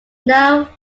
now